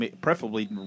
preferably